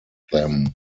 them